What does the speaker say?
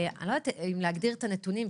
אני לא יודעת אם להגדיר את הנתונים,